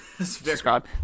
subscribe